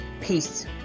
Peace